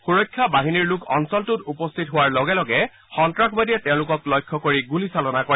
সুৰক্ষা বাহিনীৰ লোক অঞ্চলটোত উপস্থিত হোৱাৰ লগে লগে সন্তাসবাদীয়ে তেওঁলোকক লক্ষ্য কৰি গুলী চালনা কৰে